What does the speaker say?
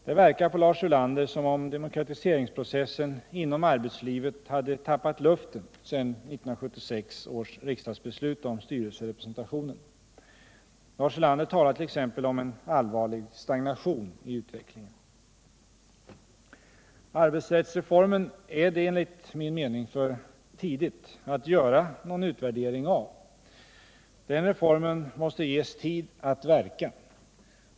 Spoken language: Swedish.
Det verkar på Lars Ulander som om demokratiseringsprocessen inom arbetslivet hade tappat luften sedan 1976 års riksdagsbeslut om styrelserepresentationen. Lars Ulander talar t.ex. om en allvarlig stagnation i utvecklingen. Arbetsrättsreformen är det enligt min mening för tidigt att göra någon utvärdering av. Den reformen måste ges tid att verka.